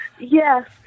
Yes